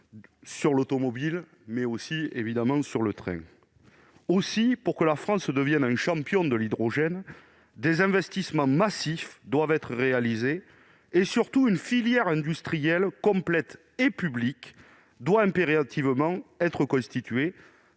l'automobile et le train. Aussi, pour que la France devienne un champion de l'hydrogène, des investissements massifs doivent être réalisés. Surtout, une filière industrielle complète et publique doit impérativement être constituée,